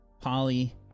Polly